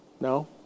No